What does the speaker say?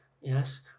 yes